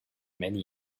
many